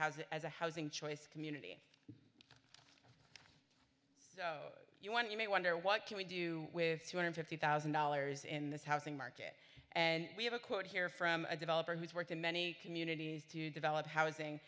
a housing choice community you want to you may wonder what can we do with two hundred fifty thousand dollars in this housing market and we have a quote here from a developer who's worked in many communities to develop housing